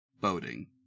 Boating